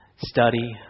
study